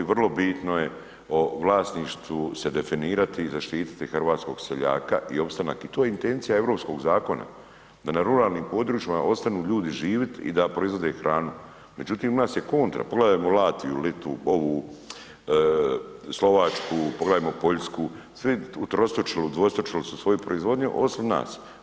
Vrlo bitno je o vlasništvu se definirati i zaštitit hrvatskog seljaka i opstanak, i to je intencija europskog zakona da na ruralnim područjima ostanu ljudi živit i da proizvode hranu, međutim u nas je kontra, pogledajmo Latviju, Litvu, ovu Slovačku, pogledajmo Poljsku, svi utrostručili, udvostručili su svoju proizvodnju osim nas.